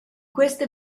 queste